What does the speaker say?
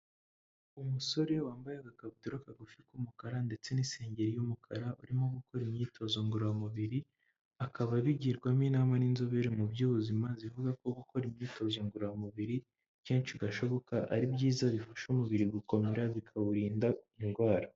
Umusore wambaye agakabutura kagufi k'umukara ndetse n'isengeri y'umukara, urimo gukora imyitozo ngororamubiri, akaba abigirwamo inama n'inzobere mu by'ubuzima, zivuga ko gukora imyitozo ngororamubiri kenshi gashoboka ari byiza bifasha umubiri gukomera bikawurinda indwara.